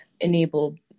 enable